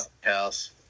house